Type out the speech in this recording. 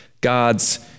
God's